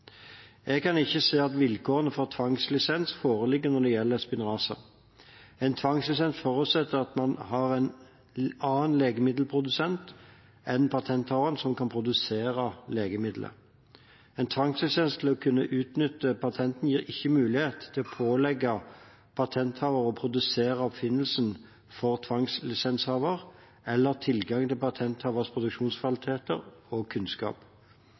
Jeg kan ikke se at vilkårene for tvangslisens foreligger når det gjelder Spinraza. En tvangslisens forutsetter at man har en annen legemiddelprodusent enn patenthaveren som kan produsere legemiddelet. En tvangslisens til å kunne utnytte patentet gir ikke mulighet til å pålegge patenthaver å produsere oppfinnelsen for tvangslisenshaver eller tilgang til patenthavers produksjonsfasiliteter og kunnskap.